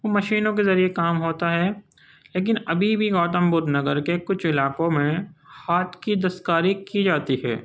مشینوں کے ذریعہ کام ہوتا ہے لیکن ابھی بھی گوتم بدھ نگر کے کچھ علاقوں میں ہاتھ کی دستکاری کی جاتی ہے